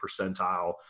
percentile